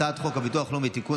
הצעת חוק הביטוח הלאומי (תיקון,